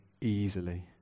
easily